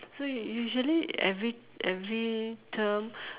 so you usually every every term